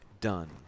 Done